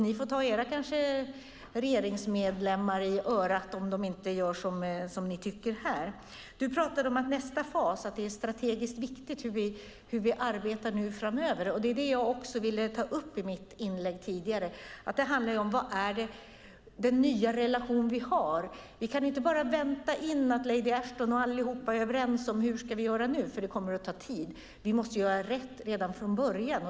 Ni får kanske ta era regeringsmedlemmar i örat om de inte gör som ni tycker. Du pratade om nästa fas och att det är strategiskt viktigt hur vi arbetar framöver. Det var det jag också ville ta upp i mitt tidigare inlägg. Det handlar om vad det är för ny relation vi har. Vi kan inte bara vänta in att lady Ashton och allihop är överens om hur vi ska göra nu, för det kommer att ta tid. Vi måste göra rätt redan från början.